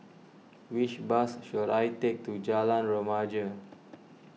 which bus should I take to Jalan Remaja